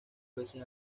veces